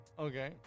Okay